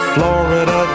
Florida